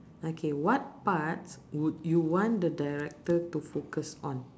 okay what parts would you want the director to focus on